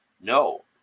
No